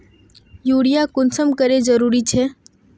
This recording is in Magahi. यूरिया कुंसम करे जरूरी छै?